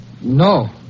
No